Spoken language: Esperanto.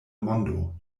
mondo